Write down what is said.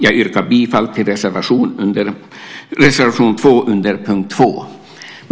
Jag yrkar bifall till reservation 2 under punkt 2.